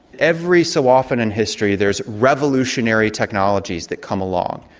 every so often in history, there's revolutionary technologies that come along.